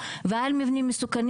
מבנים.